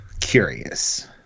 curious